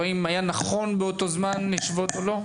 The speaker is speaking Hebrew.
או האם היה נכון באותו זמן לשבות או לא,